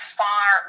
far